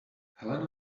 helena